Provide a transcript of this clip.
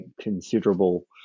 considerable